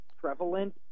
prevalent